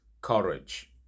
courage